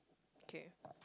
okay